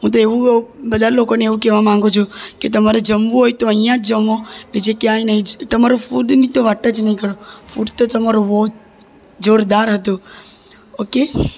હું તો એવું બધા જ લોકોને એવું કહેવા માંગું છું કે તમારે જમવું હોય તો અહીંયાં જ જમો બીજે ક્યાંય નહીં તમારા ફૂડની તો વાત જ નહીં કરો ફૂડ તો તમારું બહુ જોરદાર હતું ઓકે